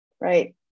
right